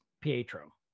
pietro